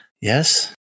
Yes